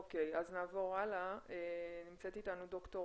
אוקיי, אז נעבור הלאה, נמצאת איתנו ד"ר